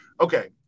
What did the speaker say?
okay